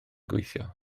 gweithio